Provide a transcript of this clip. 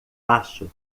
acho